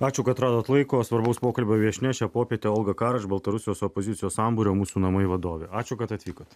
ačiū kad radote laiko svarbaus pokalbio viešnia šią popietę olga karas baltarusijos opozicijos sambūrio mūsų namai vadovė ačiū kad atvykote